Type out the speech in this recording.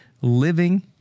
living